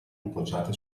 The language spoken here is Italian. appoggiate